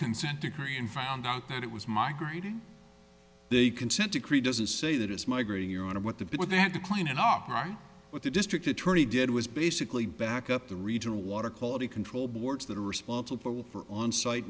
consent decree and found out that it was migrating the consent decree doesn't say that it's migrating your honor what the bill that decline and what the district attorney did was basically back up the regional water quality control boards that are responsible for on site